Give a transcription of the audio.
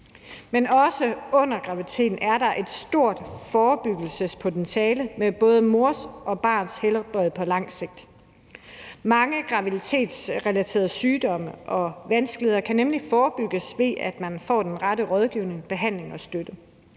Men også under graviditeten er der et stort forebyggelsespotentiale i forhold til både mors og barns helbred på lang sigt. Mange graviditetsrelaterede sygdomme og vanskeligheder kan nemlig forebygges, ved at man får den rette rådgivning, behandling og støtte.